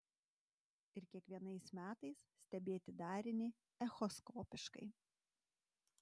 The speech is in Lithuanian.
ir kiekvienais metais stebėti darinį echoskopiškai